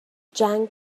جنگ